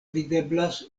videblas